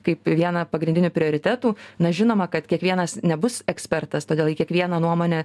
kaip vieną pagrindinių prioritetų na žinoma kad kiekvienas nebus ekspertas todėl į kiekvieną nuomonę